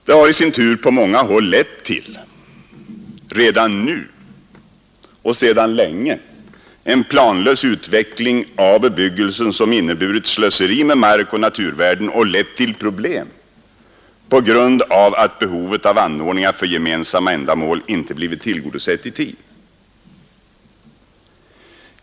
Det har i sin tur redan nu och sedan länge på många håll lett till en planlös utveckling av bebyggelsen, som inneburit slöseri med mark och naturvärden och lett till problem på grund av att behovet av anordningar för gemensamma ändamål inte blivit tillgodosett i tid.